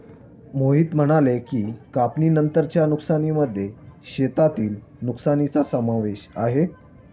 मोहित म्हणाले की, कापणीनंतरच्या नुकसानीमध्ये शेतातील नुकसानीचा समावेश आहे